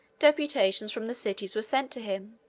deputations from the cities were sent to him,